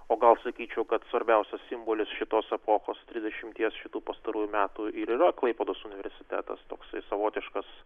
o gal sakyčiau kad svarbiausias simbolis šitos epochos trisdešimties šitų pastarųjų metų ir yra klaipėdos universitetas toksai savotiškas